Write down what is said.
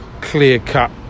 clear-cut